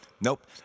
Nope